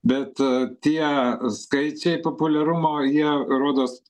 bet tie skaičiai populiarumo jie rodos